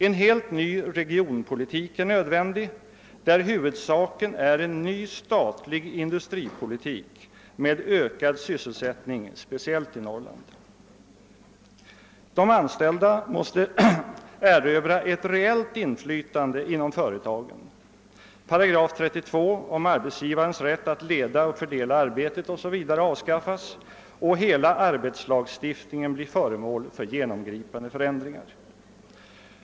En helt ny regionpolitik är nödvändig varvid huvudsaken är en ny statlig industripolitik med ökad sysselsättning speciellt i Norrland. De anställda måste erövra ett reellt inflytande inom företagen, 32 § om arbetsgivarens rätt att leda och fördela arbetet o.s.v. avskaffas och hela arbetslagstiftningen bli föremål för genomgripande förändringar.